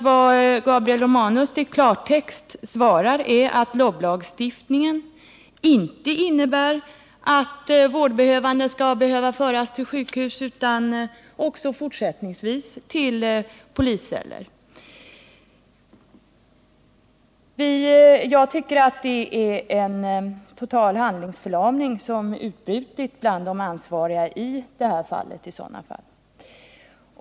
Vad Gabriel Romanus nämligen i klartext svarar är att LOB-lagstiftningen inte innebär att vårdbehövande behöver föras till sjukhus utan att de också fortsättningsvis kan föras till polisceller. En total handlingsförlamning har utbrutit bland de ansvariga i detta fall.